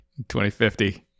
2050